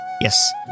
Yes